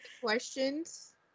questions